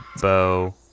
bow